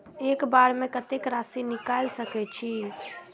एक बार में कतेक राशि निकाल सकेछी?